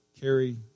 carry